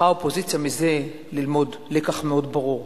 האופוזיציה מזה צריכה ללמוד לקח מאוד ברור.